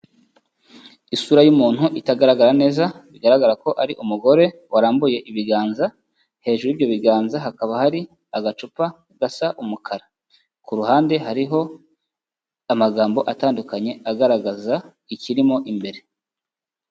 Isura y'umuntu itagaragara neza, bigaragara ko ari umugore warambuye ibiganza. Hejuru y'ibyo biganza hakaba hari agacupa gasa umukara, ku ruhande hariho amagambo atandukanye agaragaza ikirimo imbere.